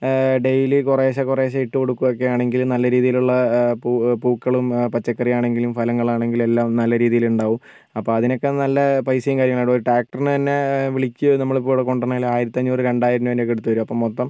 daily കുറെശ്ശെ കുറെശ്ശെ ഇട്ട് കൊടുക്കുവൊക്കെയാണെങ്കിൽ നല്ല രീതിയിലുള്ള പൂ പൂക്കളും പച്ചക്കറിയാണെങ്കിലും ഫലങ്ങളാണെങ്കിലും എല്ലാം നല്ല രീതിയിൽ ഉണ്ടാകും അപ്പം അതിനെക്കെ നല്ല പൈസേം കാര്യങ്ങളും ആകും ഒരു ട്രാക്റ്ററിന് തന്നെ വിളിക്കുകയും നമ്മളിപ്പോൾ ഇവിടെ കൊണ്ടുവരണതിൽ ആയിരത്തഞ്ഞൂറ് രണ്ടായിരം രൂപേൻ്റെക്കെ അടുത്ത് വരും അപ്പം മൊത്തം